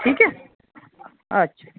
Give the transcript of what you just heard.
ठीक ऐ अच्छा